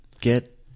get